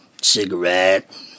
cigarette